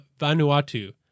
Vanuatu